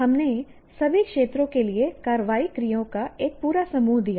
हमने सभी क्षेत्रों के लिए कार्रवाई क्रियाओं का एक पूरा समूह दिया है